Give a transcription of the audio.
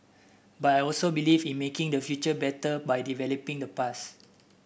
but I also believe in making the future better by developing the past